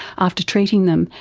after treating them,